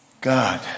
God